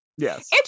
Yes